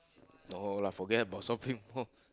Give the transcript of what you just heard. no lah forget about something more